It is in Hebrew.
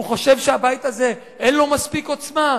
הוא חושב שהבית הזה אין לו מספיק עוצמה?